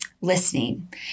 listening